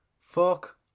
fuck